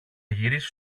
γυρίσει